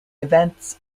events